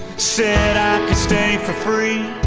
said i could stay for free,